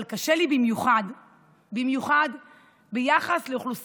אבל זה קשה לי במיוחד ביחס לאוכלוסייה